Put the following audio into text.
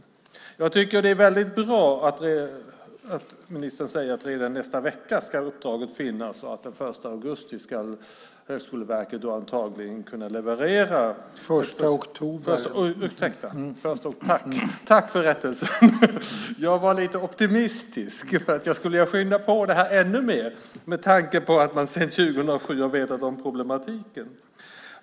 Jag tycker att det är väldigt bra att ministern säger att uppdraget ska finnas redan nästa vecka och att Högskoleverket den 1 augusti antagligen ska kunna leverera. : Den 1 oktober.) Ursäkta! Tack för rättelsen! Jag var lite optimistisk för jag skulle vilja skynda på detta ännu mer med tanke på att man sedan 2007 har känt till problematiken.